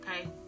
okay